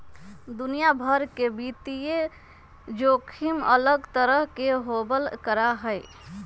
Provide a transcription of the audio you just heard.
दुनिया भर में वित्तीय जोखिम अलग तरह के होबल करा हई